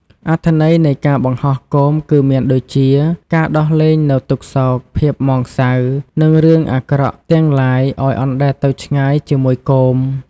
អត្ថន័យនៃការបង្ហោះគោមគឺមានដូចជា ការដោះលែងនូវទុក្ខសោក ភាពសៅហ្មង និងរឿងអាក្រក់ទាំងឡាយឲ្យអណ្តែតទៅឆ្ងាយជាមួយគោម។